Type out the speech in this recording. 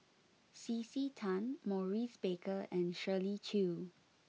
C C Tan Maurice Baker and Shirley Chew